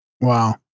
Wow